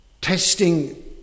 testing